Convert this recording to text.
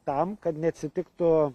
tam kad neatsitiktų